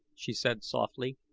she said softly.